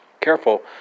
Careful